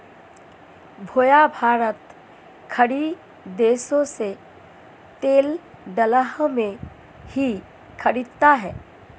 भैया भारत खाड़ी देशों से तेल डॉलर में ही खरीदता है